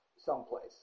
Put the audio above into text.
someplace